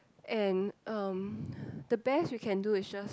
and um the best we can do is just